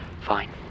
Fine